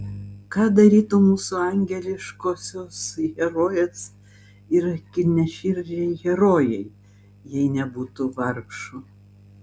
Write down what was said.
ką darytų mūsų angeliškosios herojės ir kilniaširdžiai herojai jei nebūtų vargšų